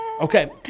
Okay